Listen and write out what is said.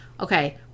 okay